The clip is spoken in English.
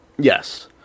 Yes